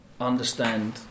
understand